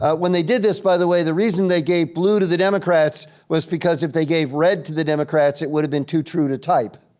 ah when they did this, by the way, the reason they gave blue to the democrats was because they gave red to the democrats it would have been too true to type.